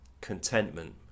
Contentment